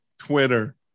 Twitter